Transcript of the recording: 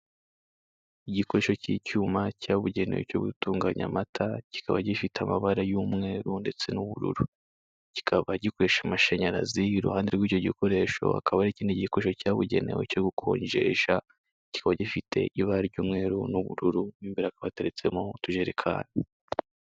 Igikoresho cy'icyuma cyabugenewe cyo gutunganya amata, kikaba gifite amabara y'umweru ndetse n'ubururu, kikaba gikoresha amashanyarazi, iruhande rw'icyo gikoresho hakaba hari ikindi gikoresho cyabugenewe cyo gukonjesha, kikaba gifite ibara ry'umweru n'ubururu, mo imbere hakaba hateretse mo utujerekani.